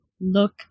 look